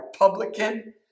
Republican